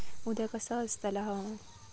उद्या कसा आसतला हवामान?